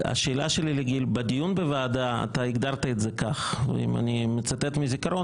השאלה שלי לגיל: בדיון בוועדה אתה הגדרת את זה כך אני מצטט מהזיכרון